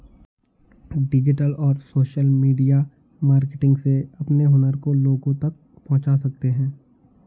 digital और social media marketing से अपने हुनर को लोगो तक पहुंचा सकते है